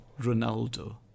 Ronaldo